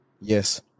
Yes